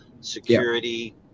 security